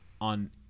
on